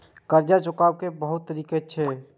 कर्जा चुकाव के बहुत तरीका छै?